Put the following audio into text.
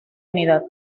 unidad